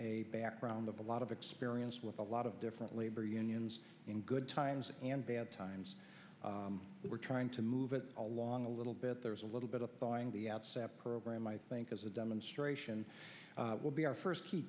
a background of a lot of experience with a lot of different labor unions in good times and bad times we're trying to move it along a little bit there's a little bit of buying the outset program i think as a demonstration will be our first